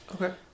okay